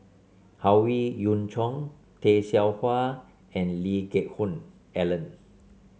Howe Yoon Chong Tay Seow Huah and Lee Geck Hoon Ellen